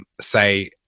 say